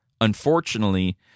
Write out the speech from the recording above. unfortunately